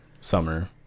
summer